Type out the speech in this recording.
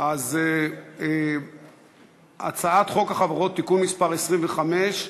הצעת חוק החברות (תיקון מס' 25),